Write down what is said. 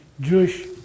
Jewish